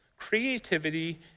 Creativity